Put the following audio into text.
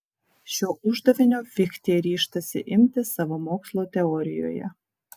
šio uždavinio fichtė ryžtasi imtis savo mokslo teorijoje